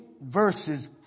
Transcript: verses